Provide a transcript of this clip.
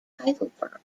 heidelberg